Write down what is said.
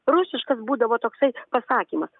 rusiškas būdavo toksai pasakymas